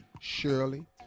Shirley